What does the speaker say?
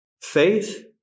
Faith